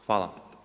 Hvala.